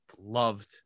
loved